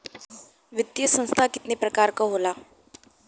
वित्तीय संस्था कितना प्रकार क होला?